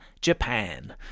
Japan